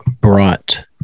brought